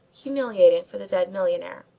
humiliating for the dead millionaire.